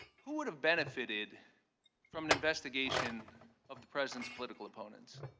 who would have benefited from an investigation of the president's political opponents?